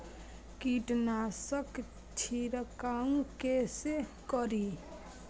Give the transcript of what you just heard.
कीट नाशक छीरकाउ केसे करी?